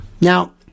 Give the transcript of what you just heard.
Now